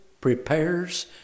prepares